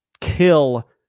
kill